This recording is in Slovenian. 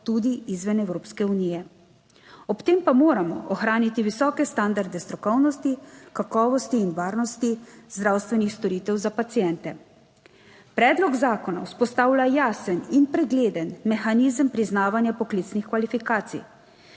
tudi izven Evropske unije. Ob tem pa moramo ohraniti 29. TRAK: (NB) – 11.20 (Nadaljevanje) visoke standarde strokovnosti, kakovosti in varnosti zdravstvenih storitev za paciente. Predlog zakona vzpostavlja jasen in pregleden mehanizem priznavanja poklicnih kvalifikacij,